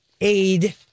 aid